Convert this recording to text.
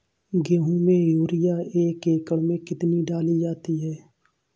गेहूँ में यूरिया एक एकड़ में कितनी डाली जाती है?